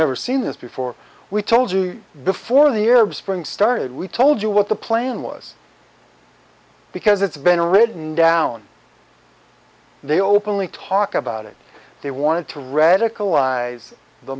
never seen this before we told you before the arab spring started we told you what the plan was because it's been written down they openly talk about it they wanted to radicalize the